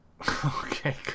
Okay